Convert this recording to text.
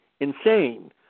insane